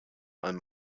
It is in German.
allem